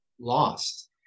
lost